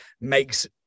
makes